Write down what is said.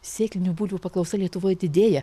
sėklinių bulvių paklausa lietuvoje didėja